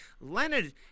Leonard